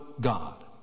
God